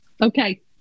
Okay